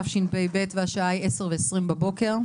תשפ"ב והשעה היא 10:20 בבוקר.